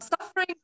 suffering